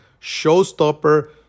showstopper